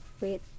wait